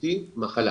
שאשתי מחלה.